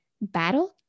battle